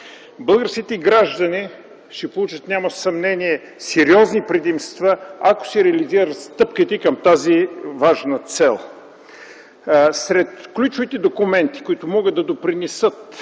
Българските граждани ще получат, няма съмнение, сериозни предимства, ако се реализират стъпките към тази важна цел. Сред ключовите документи, които могат да допринесат